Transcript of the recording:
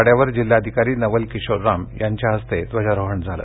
शनिवारवाड्यावर जिल्हाधिकारी नवल किशोर राम यांच्या हस्ते ध्वजारोहण झालं